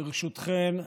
ברשותכן,